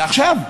לעכשיו,